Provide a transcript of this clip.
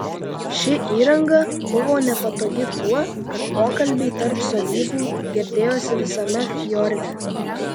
ši įranga buvo nepatogi tuo kad pokalbiai tarp sodybų girdėjosi visame fjorde